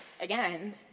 again